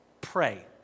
Pray